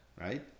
right